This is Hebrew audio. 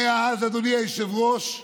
מאז, אדוני היושב-ראש,